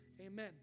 Amen